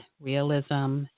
realism